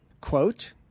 Quote